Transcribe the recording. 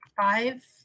five